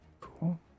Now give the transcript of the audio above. Cool